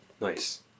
nice